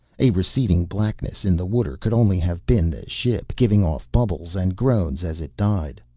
a receding blackness in the water could only have been the ship, giving off bubbles and groans as it died.